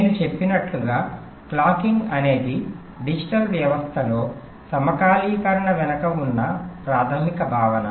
నేను చెప్పినట్లుగా క్లాకింగ్ అనేది డిజిటల్ వ్యవస్థలో సమకాలీకరణ వెనుక ఉన్న ప్రాథమిక భావన